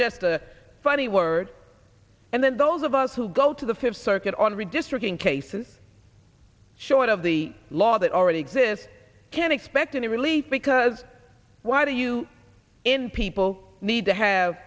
just a funny word and then those of us who go to the fifth circuit on redistricting cases short of the law that already exists can expect any relief because why do you in people need to have